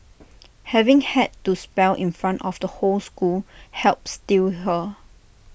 having had to spell in front of the whole school helped steel her